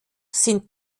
sind